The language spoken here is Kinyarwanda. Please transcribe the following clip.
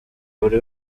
buri